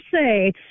say